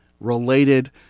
related